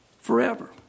forever